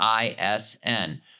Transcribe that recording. ISN